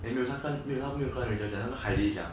eh 他没有跟他没有跟 rachel 讲他跟 heidi 讲